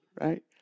Right